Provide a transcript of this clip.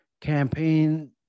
campaign